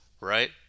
right